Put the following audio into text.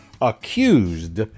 accused